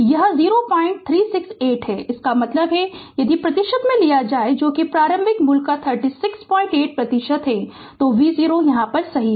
यह 0368 है इसका मतलब है यदि प्रतिशत में लिया जाए जो कि प्रारंभिक मूल्य का 368 प्रतिशत है तो v0 सही है